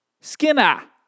Skinner